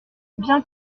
bien